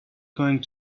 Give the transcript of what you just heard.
going